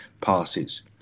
passes